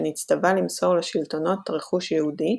שנצטווה למסור לשלטונות רכוש יהודי,